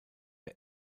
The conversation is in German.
der